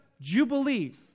jubilee